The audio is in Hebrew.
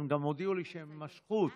הם גם הודיעו לי שהם משכו אותן.